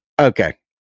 okay